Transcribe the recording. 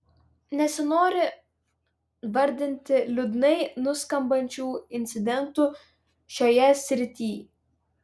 nesinori vardinti liūdnai nuskambančių incidentų šioje srityj